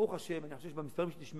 ברוך השם, אני חושב שבמספרים שלי תשמעו,